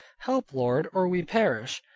help lord, or we perish.